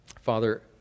Father